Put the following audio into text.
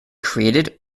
created